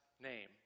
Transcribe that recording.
name